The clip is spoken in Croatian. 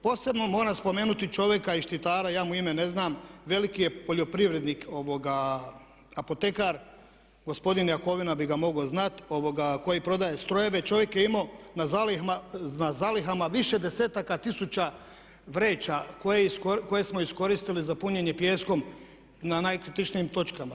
Posebno moram spomenuti čovjeka i štitara, ja mu ime ne znam, veliki je poljoprivrednik, apotekar, gospodin Jakovina bi ga mogao znati, koji prodaje strojeve, čovjek je imao na zalihama više desetaka tisuća vreća koje smo iskoristili za punjenje pijeskom na najkritičnijim točkama.